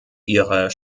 ihrer